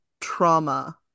trauma